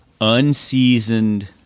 unseasoned